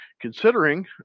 considering